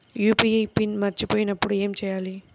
UPI PIN మరచిపోయినప్పుడు ఏమి చేయాలి?